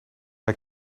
hij